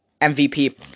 MVP